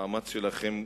המאמץ שלכם,